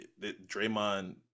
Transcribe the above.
draymond